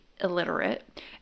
illiterate